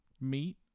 meat